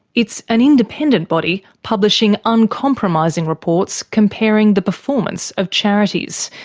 it's an independent body, publishing uncompromising reports comparing the performance of charities.